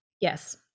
yes